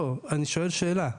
לא, אני שואל שאלה.